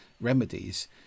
remedies